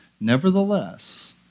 Nevertheless